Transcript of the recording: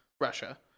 Russia